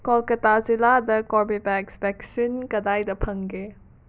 ꯀꯣꯜꯀꯇꯥ ꯖꯤꯂꯥꯗ Corbevax vaccine ꯀꯗꯥꯏꯗ ꯐꯪꯒꯦ